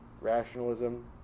rationalism